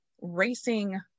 racing